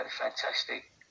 fantastic